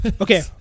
Okay